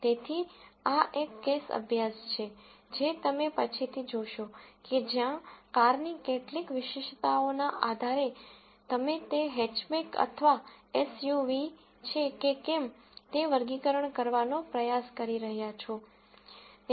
તેથી આ એક કેસ અભ્યાસ છે જે તમે પછીથી જોશો કે જ્યાં કારની કેટલીક વિશેષતાઓના આધારે તમે તે હેચબેક અથવા એસયુવી છે કે કેમ તે વર્ગીકરણ કરવાનો પ્રયાસ કરી રહ્યાં છો છે